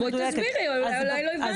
בואי תסבירי, אולי לא הבנתי.